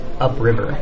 upriver